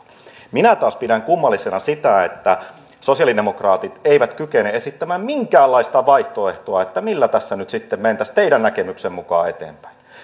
minä taas pidän kummallisena sitä että sosialidemokraatit eivät kykene esittämään minkäänlaista vaihtoehtoa millä tässä nyt sitten mentäisiin teidän näkemyksenne mukaan eteenpäin